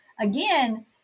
again